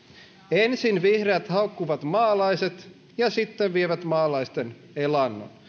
ensin vihreät haukkuvat maalaiset ja sitten vievät maalaisten elannon